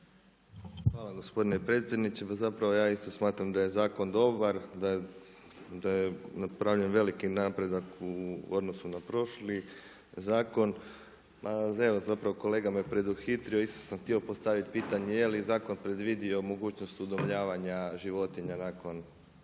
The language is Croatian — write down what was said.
Hvala gospodine predsjedniče. Pa zapravo ja isto smatram da je zakon dobar, da je napravljen veliki napredak u odnosu na prošli zakon. Ma evo zapravo kolega me preduhitrio isto sam htio postaviti pitanje je li zakon predvidio mogućnost udomljavanja životinja nakon